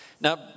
Now